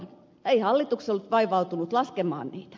ei hallitus ollut vaivautunut laskemaan niitä